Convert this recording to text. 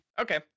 Okay